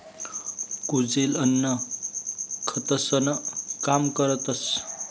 कुजेल अन्न खतंसनं काम करतस